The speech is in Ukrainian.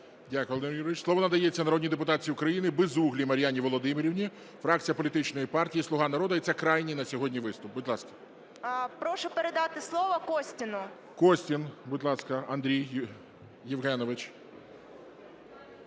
Дякую, Володимир Юрійович. Слово надається народній депутатці України Безуглій Мар'яні Володимирівні, фракція політичної партії "Слуга народу". І це крайній на сьогодні виступ. Будь ласка. 10:36:09 БЕЗУГЛА М.В. Прошу передати слово Костіну. ГОЛОВУЮЧИЙ. Костін, будь ласка, Андрій Євгенович.